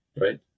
Right